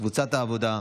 קבוצת סיעת העבודה,